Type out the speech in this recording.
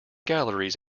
galleries